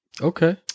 Okay